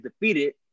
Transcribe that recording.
defeated